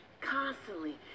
constantly